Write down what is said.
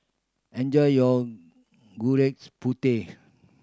enjoy your gudegs putih